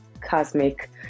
cosmic